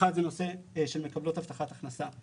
האחד, נושא של מקבלות הבטחת הכנסה.